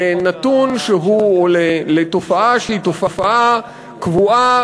לנתון או לתופעה שהיא תופעה קבועה,